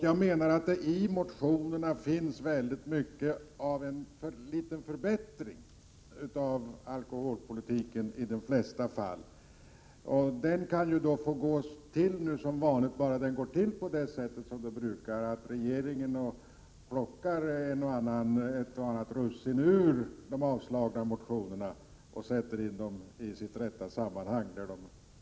Jag menar att det i motionerna finns väldigt mycket som skulle kunna leda till en viss förbättring av alkoholpolitiken. Det får gå som vanligt med motionerna, bara det går som det brukar, nämligen att regeringen plockar ett och annat russin ur dem och tar in dem i sina rätta sammanhang.